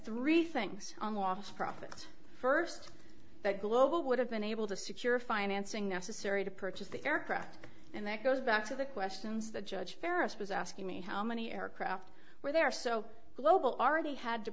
three things on the office profits first that global would have been able to secure financing necessary to purchase the aircraft and that goes back to the questions that judge ferris was asking me how many aircraft were there are so global already